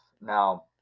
now